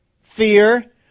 Fear